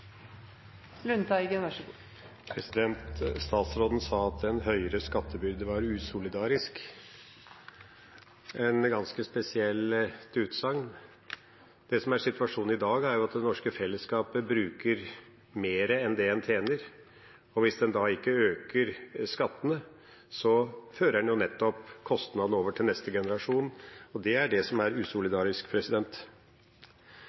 situasjonen i dag, er at det norske fellesskapet bruker mer enn det en tjener, og hvis en da ikke øker skattene, fører en jo nettopp kostnadene over til neste generasjon. Det er det som er